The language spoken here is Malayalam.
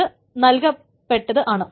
അത് നൽകപ്പെട്ടത് ആണ്